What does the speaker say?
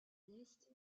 l’est